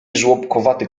żłobkowaty